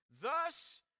Thus